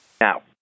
Now